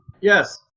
Yes